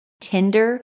Tinder